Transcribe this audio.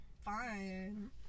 fine